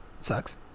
sucks